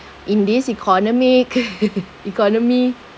in this economic economy